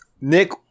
nick